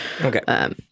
Okay